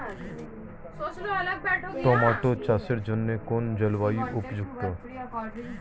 Tomato চাষের জন্য কোন জলবায়ু উপযুক্ত?